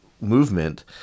movement